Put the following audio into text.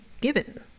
given